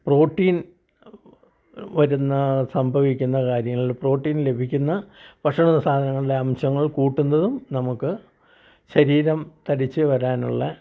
protein വരുന്ന സംഭവിക്കുന്ന കാര്യങ്ങൾ പ്രോട്ടീൻ ലഭിക്കുന്ന ഭക്ഷണസാധനങ്ങൾടെ അംശങ്ങൾ കൂട്ടുന്നതും നമുക്ക് ശരീരം തടിച്ചു വരാനുള്ള